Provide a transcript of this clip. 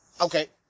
Okay